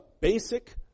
basic